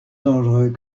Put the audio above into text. dangereux